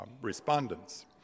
respondents